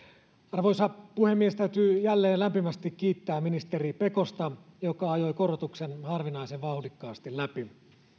arvoisa puhemies täytyy jälleen lämpimästi kiittää ministeri pekosta joka ajoi korotuksen harvinaisen vauhdikkaasti läpi